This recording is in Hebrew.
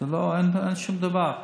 אין שום דבר.